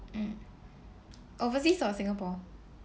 (um)overseas or singapore